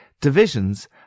Divisions